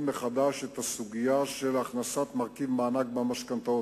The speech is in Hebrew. מחדש את הסוגיה של הכנסת מרכיב מענק למשכנתאות.